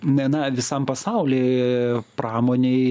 ne na visam pasauly pramonei